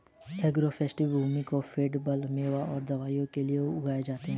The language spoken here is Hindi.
एग्रोफ़ोरेस्टी भूमि में पेड़ फल, मेवों और दवाओं के लिए भी उगाए जाते है